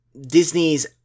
Disney's